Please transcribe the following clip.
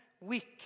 week